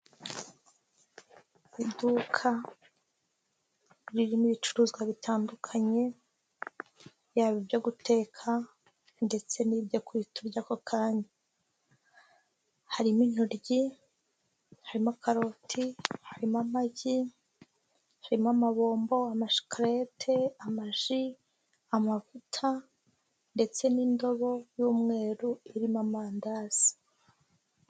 Iduka ririmo ibicuruzwa bitandukanye yaba ibyo guteka ndetse n'ibyo guhita urya ako kanya, harimo intoryi, harimo karoti, harimo amagi, harimo amabombo, amashikarete, amaji, amavuta ndetse n'indobo y'umweru irimo amandazi.